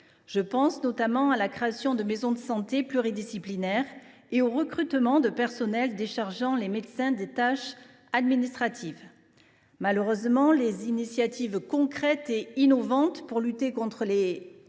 Je pense notamment à la création de maisons de santé pluridisciplinaires et au recrutement de personnels déchargeant les médecins des tâches administratives. Malheureusement, les initiatives concrètes et innovantes pour lutter contre les